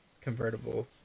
convertible